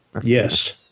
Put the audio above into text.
Yes